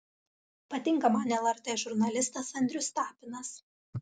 patinka man lrt žurnalistas andrius tapinas